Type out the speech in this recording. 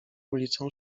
ulicą